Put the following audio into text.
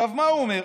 עכשיו, מה הוא אומר?